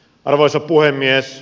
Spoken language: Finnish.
arvoisa puhemies